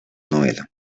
novela